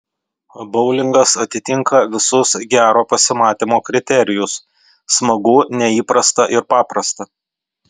boulingas atitinka visus gero pasimatymo kriterijus smagu neįprasta ir paprasta